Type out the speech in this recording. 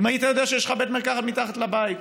אם היית יודע שיש לך בית מרקחת מתחת לבית.